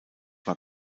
war